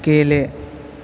गेले